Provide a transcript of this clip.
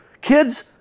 Kids